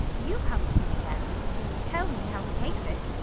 you come to me again, to tell me how he takes it.